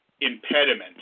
impediment